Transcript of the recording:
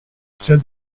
said